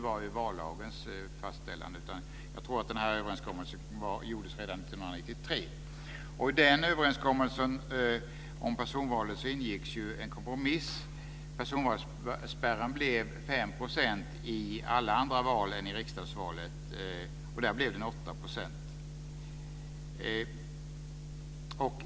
Vallagen fastställdes 1997. Jag tror att överenskommelsen gjordes redan I överenskommelsen om personvalet ingicks en kompromiss. Personvalsspärren blev 5 % i alla andra val än i riksdagsvalet. Där blev den 8 %.